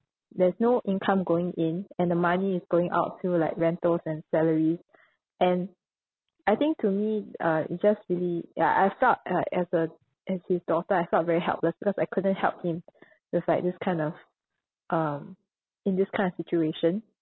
there's no income going in and the money is going out to like rentals and salary and I think to me uh it's just really ya I felt uh as a as his daughter I felt very helpless because I couldn't help him it was like this kind of um in this kind of situation